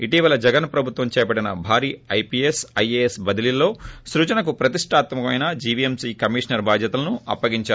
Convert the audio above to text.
ఇటీవల జగన్ ప్రభుత్వం చేపట్టిన భారీ ఐపీఎస్ ఐఏఎస్ల బదిలీలలో సృజన కు ప్రతిస్తాత్మ కమైన జీవీఎంసీ కమిషనర్ బాద్యతలను అప్పగించారు